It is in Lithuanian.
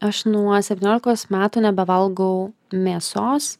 aš nuo septyniolikos metų nebevalgau mėsos